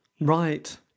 Right